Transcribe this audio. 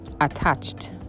attached